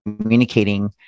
communicating